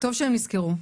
טוב שהם נזכרו.